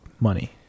money